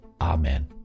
Amen